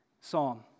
psalm